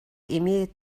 имеет